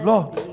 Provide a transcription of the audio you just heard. Lord